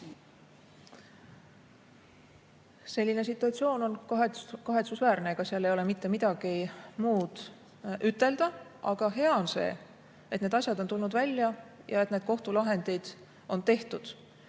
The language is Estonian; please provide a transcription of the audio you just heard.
Selline situatsioon on kahetsusväärne. Ega seal ei ole mitte midagi muud ütelda. Aga hea on see, et need asjad on tulnud välja ja et need kohtulahendid on tehtud.